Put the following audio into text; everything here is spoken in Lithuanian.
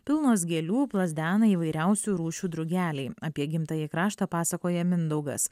pilnos gėlių plazdena įvairiausių rūšių drugeliai apie gimtąjį kraštą pasakoja mindaugas